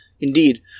Indeed